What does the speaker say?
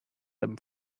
them